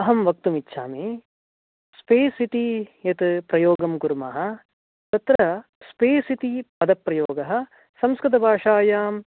अहं वक्तुमिच्छामि स्पेस् इति यत् प्रयोगं कुर्मः तत्र स्पेस् इति पदप्रयोगः संस्कृतभाषायां